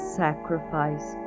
sacrifice